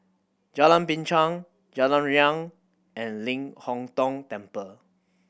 Jalan Binchang Jalan Riang and Ling Hong Tong Temple